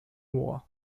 war